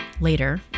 later